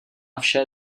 vše